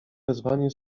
wezwanie